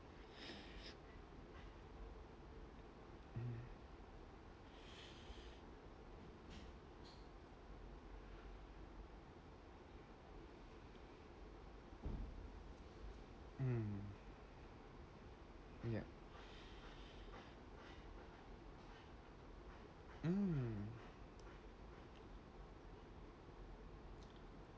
mm yup mm